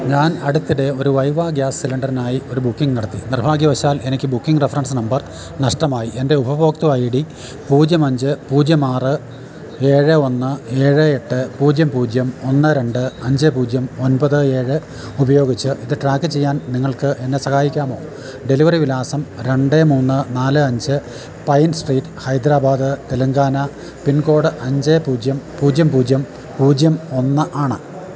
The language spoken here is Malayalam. ഞാൻ അടുത്തിടെ ഒരു വൈവ ഗ്യാസ് സിലിണ്ടറിനായി ഒരു ബുക്കിംഗ് നടത്തി നിർഭാഗ്യവശാൽ എനിക്ക് ബുക്കിംഗ് റെഫറൻസ് നമ്പർ നഷ്ടമായി എൻ്റെ ഉപഭോക്തൃ ഐ ഡി പൂജ്യം അഞ്ച് പൂജ്യം ആറ് ഏഴ് ഒന്ന് ഏഴ് എട്ട് പൂജ്യം പൂജ്യം ഒന്ന് രണ്ട് അഞ്ച് പൂജ്യം ഒൻപത് ഏഴ് ഉപയോഗിച്ച് ഇത് ട്രാക്കു ചെയ്യാൻ നിങ്ങൾക്ക് എന്നെ സഹായിക്കാമോ ഡെലിവറി വിലാസം രണ്ട് മൂന്ന് നാല് അഞ്ച് pine street Hyderabad Telangana pin code അഞ്ച് പൂജ്യം പൂജ്യം പൂജ്യം പൂജ്യം ഒന്ന് ആണ്